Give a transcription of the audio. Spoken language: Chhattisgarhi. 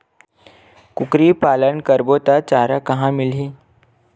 कुकरी पालन करबो त चारा कहां मिलही?